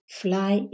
fly